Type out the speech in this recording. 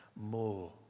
more